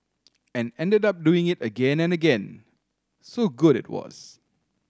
and ended up doing it again and again so good it was